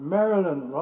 Maryland